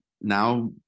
now